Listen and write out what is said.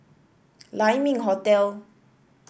Lai Ming Hotel